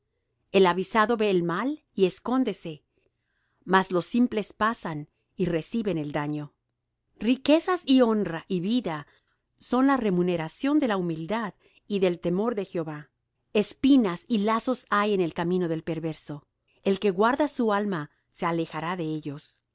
el avisado ve el mal y escóndese mas los simples pasan y reciben el daño riquezas y honra y vida son la remuneración de la humildad y del temor de jehová espinas y lazos hay en el camino del perverso el que guarda su alma se alejará de ellos